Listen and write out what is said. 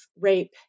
rape